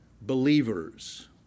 believers